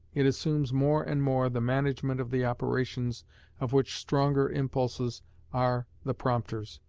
it assumes more and more the management of the operations of which stronger impulses are the prompters,